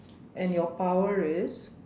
and your power is